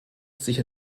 sich